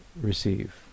receive